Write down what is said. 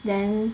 then